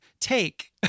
take